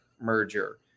merger